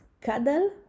cuddle